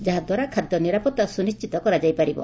ଯାହାଦ୍ୱାରା ଖାଦ୍ୟ ନିରାପତ୍ତା ସୁନିଶ୍ୱିନ୍ତ କରାଯାଇପାରିବ